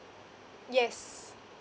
yes